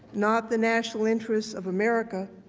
not the national interest of america.